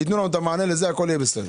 אם ייתנו את המענה לזה, הכול יהיה בסדר.